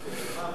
מה הקשר?